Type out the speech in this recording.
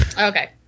Okay